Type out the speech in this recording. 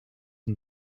and